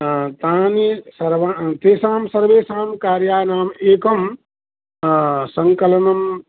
तानि सर्वा तेषां सर्वेषां कार्यानाम् एकं सङ्कलनं